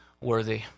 worthy